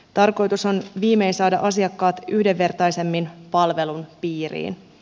tarkoitus on viimein saada asiakkaat yhdenvertaisemmin palvelun piiriin